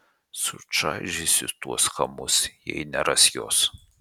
sučaižysiu tuos chamus jei neras jos